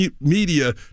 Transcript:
media